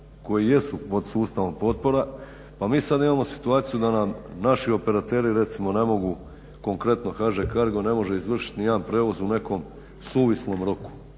koji jesu pod sustavom potpora, pa mi sad imamo situaciju da nam naši operateri recimo ne mogu konkretno HŽ-Cargo ne može izvršiti ni jedan prijevoz u nekom suvislom roku